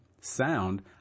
sound